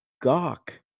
gawk